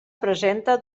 presenta